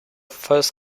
first